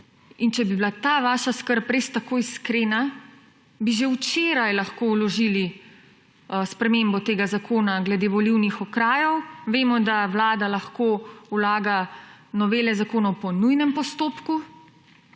če bi bila ta vaša skrb res tako iskrena, bi že včeraj lahko vložili spremembo tega zakona glede volilnih okrajev. Vemo, da vlada lahko vlaga novele zakona po nujnem postopku.